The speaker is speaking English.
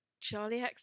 charlie